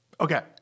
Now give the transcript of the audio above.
Okay